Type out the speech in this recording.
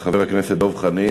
אז חבר הכנסת דב חנין,